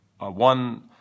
one